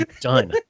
Done